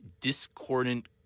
discordant